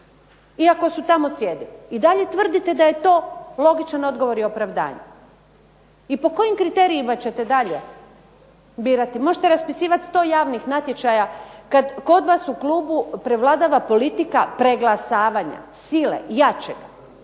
iako su tamo znali. I dalje tvrdite da je to logičan odgovor i opravdanje. I po kojim kriterijima ćete dalje birati? Možete raspisivati sto javnih natječaja kad kod vas u klubu prevladava politika preglasavanja, sile, jačega,